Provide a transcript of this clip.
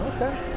Okay